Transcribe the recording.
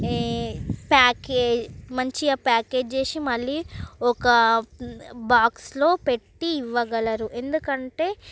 package మంచిగా package చేసి మళ్ళీ ఒక్క బాక్సులో పెట్టి ఇవ్వగలరు ఎందుకంటే